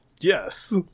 Yes